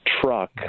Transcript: truck